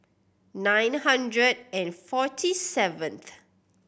nine hundred and forty seventh